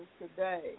today